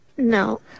No